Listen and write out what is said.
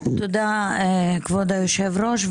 תודה רבה, כבוד היושב-ראש.